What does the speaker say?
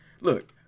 look